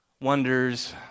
wonders